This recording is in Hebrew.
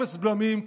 אפס בלמים,